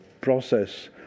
process